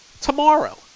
tomorrow